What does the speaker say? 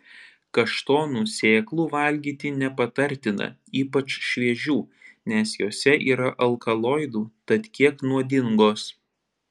kaštonų sėklų valgyti nepatartina ypač šviežių nes jose yra alkaloidų tad kiek nuodingos